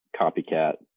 copycat